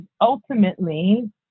ultimately